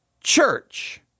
church